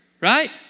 right